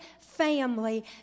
family